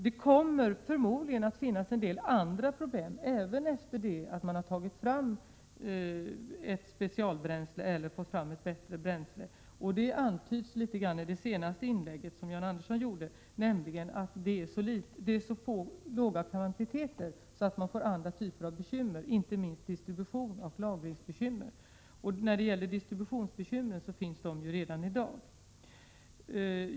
Det kommer förmodligen att finnas en del andra problem även efter det att man har tagit fram ett specialbränsle eller fått fram ett bättre bränsle. Det antyds litet grand i det senaste inlägget av John Andersson. Det är nämligen fråga om så små kvantiteter att man får andra typer av bekymmer, inte minst distributionsoch lagringsbekymmer. Distributionsbekymren finns dessutom redan i dag.